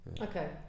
Okay